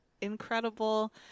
incredible